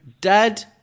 dad